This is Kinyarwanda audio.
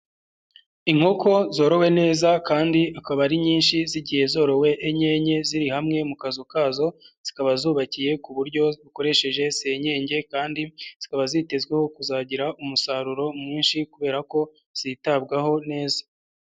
Inkoko zorowe neza kandi akaba ari nyinshi zigiye zorowe enye enye ziri hamwe mu kazu kazo, zikaba zubakiye ku buryo bukoresheje senyege kandi zikaba zitezweho kuzagira umusaruro mwinshi kubera ko zitabwaho neza.